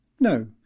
No